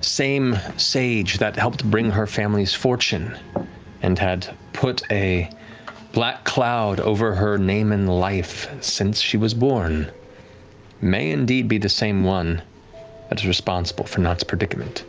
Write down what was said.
same sage that helped bring her family's fortune and had put a black cloud over her name and life since she was born may indeed be the same one that's responsible for nott's predicament.